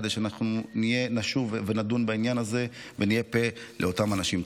כדי שנשוב ונדון בעניין הזה ונהיה פה לאותם אנשים.